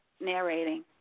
narrating